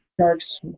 sharks